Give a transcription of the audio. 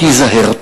ייזהר.